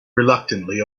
reluctantly